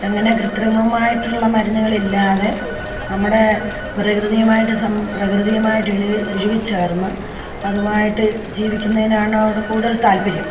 അങ്ങനെ കൃത്രിമമായിട്ടുള്ള മരുന്നുകളില്ലാതെ നമ്മുടെ പ്രകൃതിയുമായിട്ട് സം പ്രകൃതിയുമായിട്ട് ഇണകി ഇഴകി ചേർന്ന് അതുമായിട്ട് ജീവിക്കുന്നതിനോടാണ് കൂടുതൽ താല്പര്യം